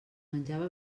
menjava